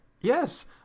Yes